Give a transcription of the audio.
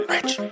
Rich